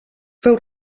feu